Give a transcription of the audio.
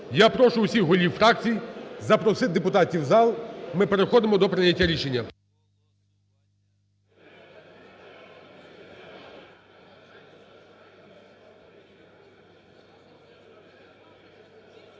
Я прошу усіх голів фракцій запросити депутатів у зал, ми переходимо до прийняття рішення.